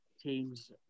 teams